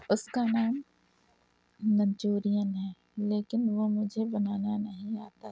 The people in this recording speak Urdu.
اس کا نام منچورین ہے لیکن وہ مجھے بنانا نہیں آتا